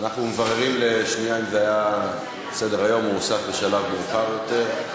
אנחנו מבררים אם זה היה בסדר-היום או הוסף בשלב מאוחר יותר.